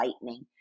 lightning